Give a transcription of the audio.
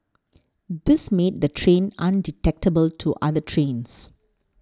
this made the train undetectable to other trains